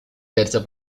terza